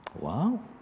Wow